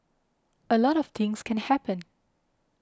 a lot of things can happen